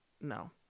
no